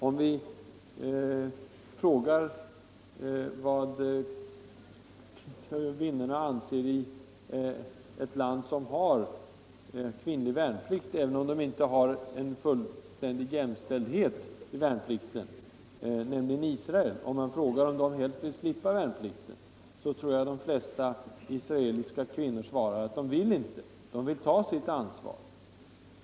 Om vi frågar vad kvinnorna själva anser i ett land som har kvinnlig värnplikt — även om de inte har en fullständig jämställdhet i värnplikten —- nämligen Israel, om de helst skulle vilja slippa värnplikten, tror jag de flesta israeliska kvinnor svarar att de inte vill slippa den. De vill ta sitt ansvar.